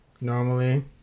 normally